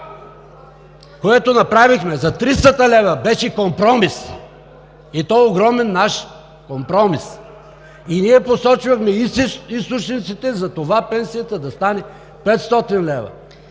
което направихме с Вас – за 300 лв., беше компромис, и то огромен наш компромис. И ние посочвахме източниците за това пенсията да стане 500 лева.